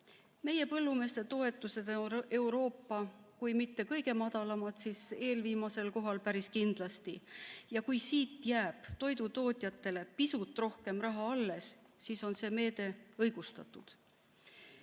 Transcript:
Meie põllumeeste toetused on Euroopas kui mitte kõige madalamad, siis eelviimasel kohal päris kindlasti. Ja kui nii jääb toidutootjatele pisut rohkem raha alles, siis on see meede õigustatud.